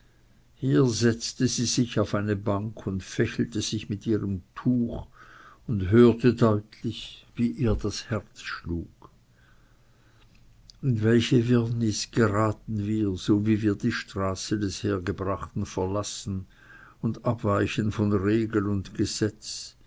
hier setzte sie sich auf eine bank und fächelte sich mit ihrem tuch und hörte deutlich wie ihr das herz schlug in welche wirrnis geraten wir sowie wir die straße des hergebrachten verlassen und abweichen von regel und gesetz